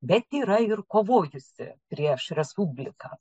bet yra ir kovojusi prieš respubliką